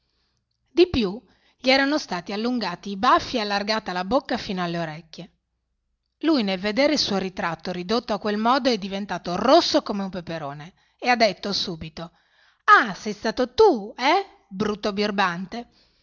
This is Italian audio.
di più gli erano stati allungati i baffi e allargata la bocca fino alle orecchie lui nel vedere il suo ritratto ridotto a quel modo è diventato rosso come un peperone e ha detto subito ah sei stato tu eh brutto birbante